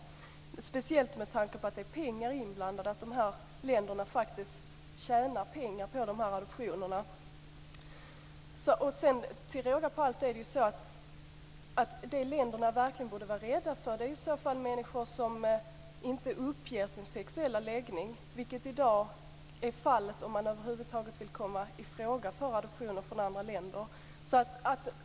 Det gäller speciellt med tanke på att pengar är inblandade och länderna faktiskt tjänar pengar på adoptionerna. Till råga på allt är det som länderna verkligen borde vara rädda för i så fall människor som inte uppger sin sexuella läggning, vilket i dag är fallet om man över huvud taget vill komma i fråga för adoptioner från andra länder.